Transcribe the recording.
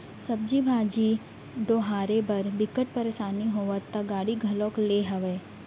सब्जी भाजी डोहारे बर बिकट परसानी होवय त गाड़ी घलोक लेए हव